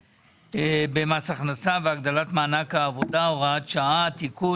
במס הכנסה והגדלת מענק העבודה (הוראת שעה) (תיקון),